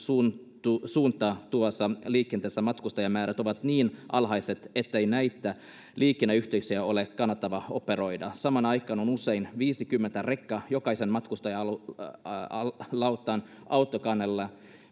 suuntautuvassa liikenteessä matkustajamäärät ovat niin alhaiset ettei näitä liikenneyhteyksiä ole kannattavaa operoida samaan aikaan on usein viisikymmentä rekkaa jokaisen matkustajalautan autokannella